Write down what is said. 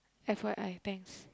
F_Y_I thanks